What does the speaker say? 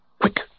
Quick